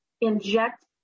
inject